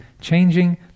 changing